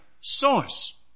source